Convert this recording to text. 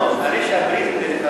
הבריטים,